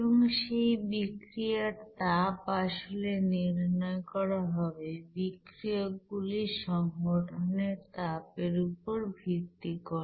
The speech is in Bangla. এবং সেই বিক্রিয়ার তাব আসলে নির্ণয় করা হবে বিক্রিয়ক গুলির গঠনের তাপ এর উপর ভিত্তি করে